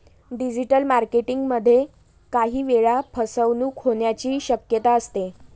digital marketing मध्ये काही वेळा फसवणूक होण्याची शक्यता असते